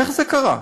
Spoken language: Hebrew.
איך זה קרה?